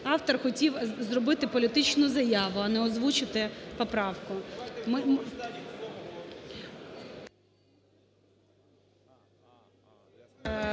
автор хотів зробити політичну заяву, а не озвучити поправку.